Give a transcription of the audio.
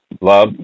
love